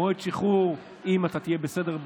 מועד השחרור אם הוא יהיה בסדר,